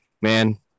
man